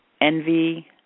envy